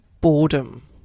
boredom